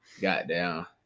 goddamn